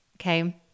Okay